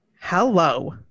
hello